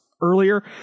earlier